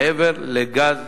מעבר לגז